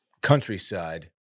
countryside